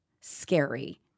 scary